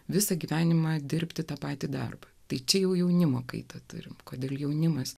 visą gyvenimą dirbti tą patį darbą tai čia jau jaunimo kaita turime kodėl jaunimas